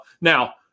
Now